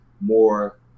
more